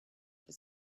for